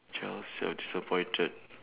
child self disappointed